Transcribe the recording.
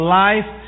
life